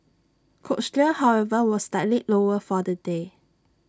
cochlear however was slightly lower for the day